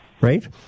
right